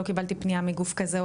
לא קיבלתי פנייה מגוף כזה,